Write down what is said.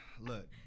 look